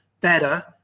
better